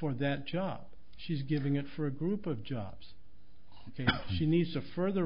for that job she's giving it for a group of jobs she needs to further